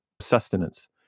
sustenance